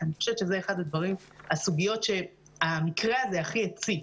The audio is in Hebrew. אני חושבת שזה אחת הסוגיות שהמקרה הזה הכי הציף.